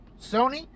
Sony